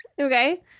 Okay